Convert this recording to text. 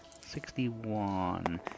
Sixty-one